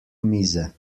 mize